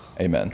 amen